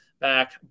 back